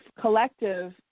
collective